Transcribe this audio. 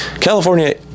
California